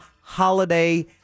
Holiday